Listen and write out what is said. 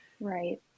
Right